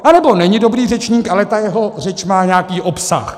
Anebo není dobrý řečník, ale ta jeho řeč má nějaký obsah.